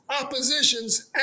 oppositions